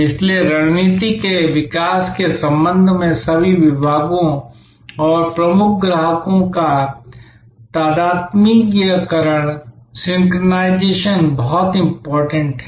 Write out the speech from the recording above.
इसलिए रणनीति के विकास के संबंध में सभी विभागों और प्रमुख ग्राहकों का तादात्म्यीकरण सिंक्रनाइज़ेशन बहुत महत्वपूर्ण है